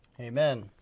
Amen